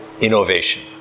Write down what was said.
innovation